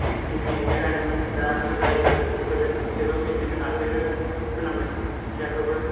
मेसिनजोंसो गायनांदों नै दासो जायफोर फोदों बिसोरबो मेसिन होनानो फोनांदों खोथियाखौबो